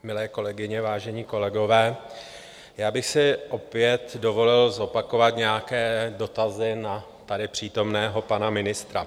Milé kolegyně, vážení kolegové, já bych si opět dovolil zopakovat nějaké dotazy na přítomného pana ministra.